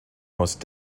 most